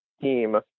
team